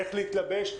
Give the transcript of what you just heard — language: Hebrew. איך להתלבש.